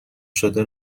شده